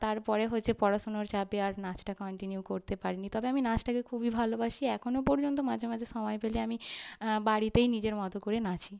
তারপরে হচ্ছে পড়াশুনোর চাপে আর নাচটা কন্টিনিউ করতে পারিনি তবে আমি নাচটাকে খুবই ভালোবাসি এখনো পর্যন্ত মাঝে মাঝে সময় পেলে আমি বাড়িতেই নিজের মতো করে নাচি